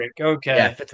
Okay